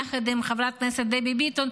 יחד עם חברת הכנסת דבי ביטון.